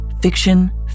fiction